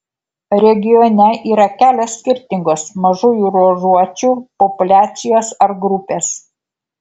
regione yra kelios skirtingos mažųjų ruožuočių populiacijos ar grupės